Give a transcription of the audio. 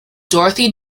dorothy